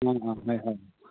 ꯍꯣꯏ ꯍꯣꯏ